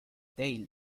dale